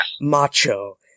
macho